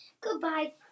Goodbye